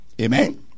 Amen